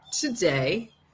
today